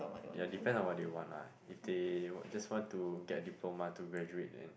yea depend on what they want lah if they just want to get diploma to graduate then